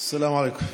סלאם עליכום.